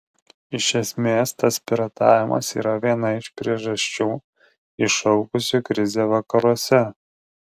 iš esmės tas piratavimas yra viena iš priežasčių iššaukusių krizę vakaruose